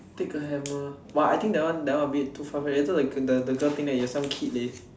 take a hammer !wah! I think that one that one a bit too far fetched la~ later the the girl think that you are some kid leh